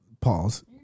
pause